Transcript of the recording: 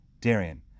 Darian